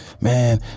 man